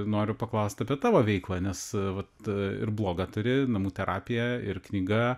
noriu paklaust apie tavo veiklą nes vat ir blogą turi namų terapija ir knyga